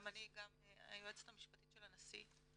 גם אני וגם היועצת המשפטית לנשיא,